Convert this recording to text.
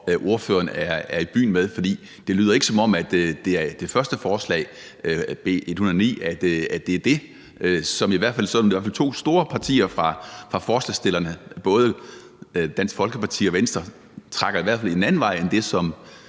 og ordføreren er i byen med? For det lyder ikke, som om det er det første forslag, B 109, hvor i hvert fald to af de store partier blandt forslagsstillerne, både Dansk Folkeparti og Venstre, i hvert fald trækker en anden vej end det,